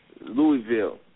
Louisville